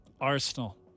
Arsenal